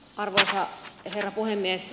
arvoisa herra puhemies